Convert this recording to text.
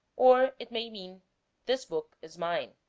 or it may mean this book is mine.